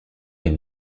est